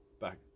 back